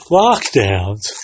lockdowns